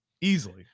easily